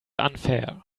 unfair